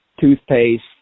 toothpaste